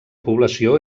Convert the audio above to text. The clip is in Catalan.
població